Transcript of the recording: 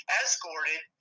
escorted